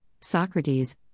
Socrates